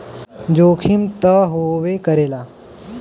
जोखिम त होबे करेला